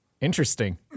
Interesting